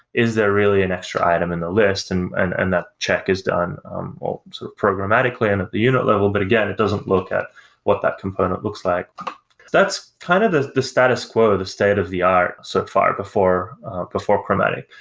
is there really an extra item in the list and and and that check is done um sort of programmatically and at the unit level, but again, it doesn't look at what that component looks like that's kind of the the status quo, the state of the art so far before before chromatic.